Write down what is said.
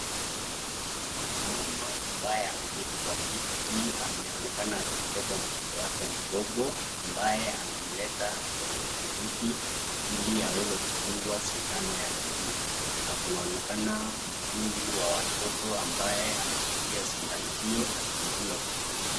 Mama ambaye ameketi kwa kiti ameonekana akimbeba mtoto wake mdogo, ambaye amemleta kwenye kliniki ili aweze kudungwa sindano ya mguu, kunaonekana muuguzi wa watoto ambaye ameshikilia sindano hio akindungwa kwenye mguu.